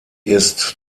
ist